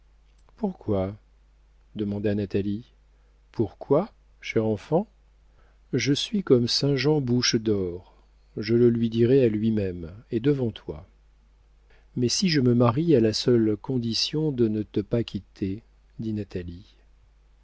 pourquoi demanda natalie pourquoi chère enfant je suis comme saint jean bouche dor je le lui dirai à lui-même et devant toi mais si je me marie à la seule condition de ne te pas quitter